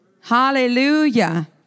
Hallelujah